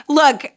look